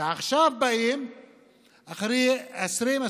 ועכשיו באים אחרי 20,